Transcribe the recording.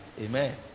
Amen